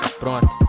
pronto